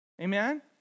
Amen